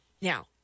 Now